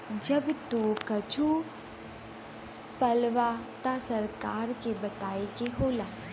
जब तू कुच्छो पलबा त सरकार के बताए के होला